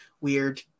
weird